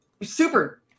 Super